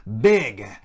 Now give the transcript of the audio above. big